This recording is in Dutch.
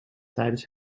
tijdens